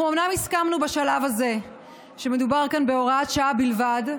אנחנו אומנם הסכמנו בשלב הזה שמדובר כאן בהוראת שעה בלבד,